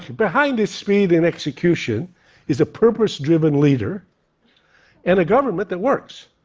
behind this speed in execution is a purpose-driven leader and a government that works.